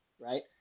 right